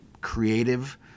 creative